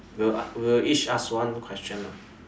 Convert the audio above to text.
we'll we'll each ask one question lah